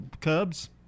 Cubs